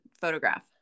photograph